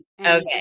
okay